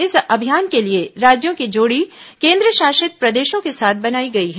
इस अभियान के लिए राज्यों की जोड़ी केन्द्रशासित प्रदेशों के साथ बनाई गई है